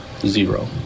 zero